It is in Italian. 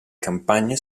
campagne